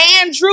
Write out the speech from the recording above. Andrew